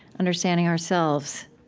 understanding ourselves